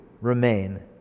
remain